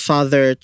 Father